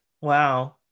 Wow